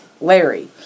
Larry